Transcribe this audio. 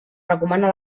recomana